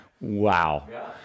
Wow